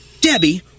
Debbie